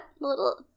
little